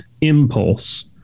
impulse